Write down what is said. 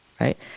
right